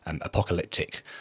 apocalyptic